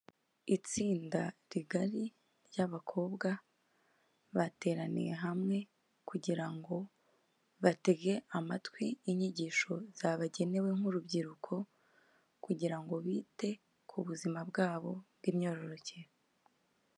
Itsinda rigari ry'abakobwa bateraniye hamwe kugira ngo batege amatwi inyigisho zabagenewe nk'urubyiruko, kugira ngo bite ku buzima bwabo bw'imyororokere.